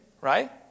right